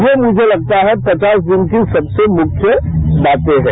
ये मुझे लगता है कि पचास दिन की सबसे मुख्य बाते हैं